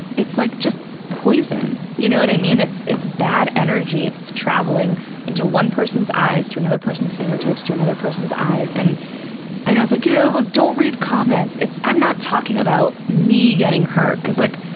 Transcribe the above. it's like just poison, you know what i mean? it's it's bad energy that's traveling into one person's eyes to another person's fingertips to another person's eyes, and i know it's like, yeah, well, don't read comments. i'm not talking about me getting hurt, because like,